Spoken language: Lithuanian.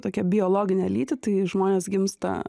tokią biologinę lytį tai žmonės gimsta